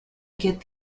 get